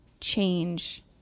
change